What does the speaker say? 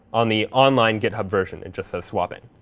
on the online github version, it just says swapping.